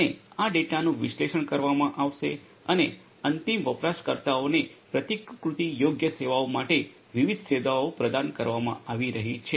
અને આ ડેટાનું વિશ્લેષણ કરવામાં આવશે અને અંતિમ વપરાશકર્તાઓને પ્રતિકૃતિ યોગ્ય સેવાઓ માટે વિવિધ સેવાઓ પ્રદાન કરવામાં આવી રહી છે